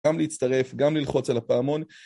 גם להצטרף, גם ללחוץ על הפעמון.